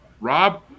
Rob